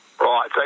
Right